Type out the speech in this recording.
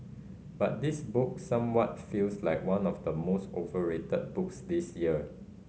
but this book somewhat feels like one of the most overrated books this year